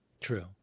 true